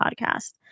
podcast